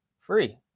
free